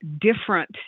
different